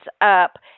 up